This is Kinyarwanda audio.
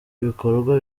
ibikorwa